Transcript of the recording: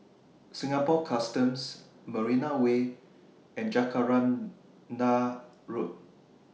Singapore Customs Marina Way and Jacaranda Road